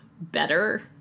better